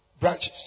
branches